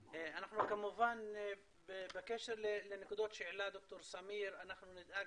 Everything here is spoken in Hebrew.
אנחנו כמובן בקשר לנקודות שהעלה ד"ר סמיר נדאג